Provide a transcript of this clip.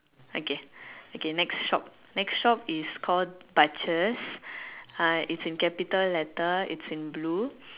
okay okay next shop next shop is called butcher's uh it's in capital letter it's in blue